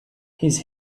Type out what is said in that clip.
his